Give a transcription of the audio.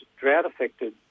drought-affected